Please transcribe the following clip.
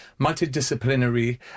multidisciplinary